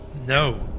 No